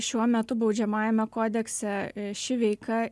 šiuo metu baudžiamajame kodekse ši veika